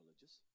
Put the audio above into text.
religious